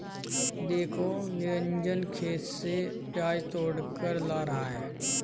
देखो निरंजन खेत से प्याज तोड़कर ला रहा है